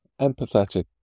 empathetic